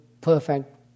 perfect